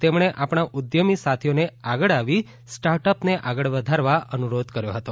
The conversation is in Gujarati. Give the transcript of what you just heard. તેમણે આપણા ઉદ્યમી સાથીઓને આગળ આવી સ્ટાઅપને આગળ વધારવા અનુરોધ કર્યો હતો